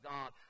God